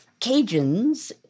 Cajuns